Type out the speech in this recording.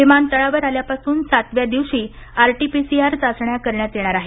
विमानतळावर आल्यापासून सातव्या दिवशी आरटीपीसीआर चाचण्या करण्यात येणार आहेत